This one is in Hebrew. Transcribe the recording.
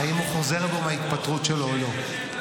--- אם הוא חוזר בו מההתפטרות שלו או לא.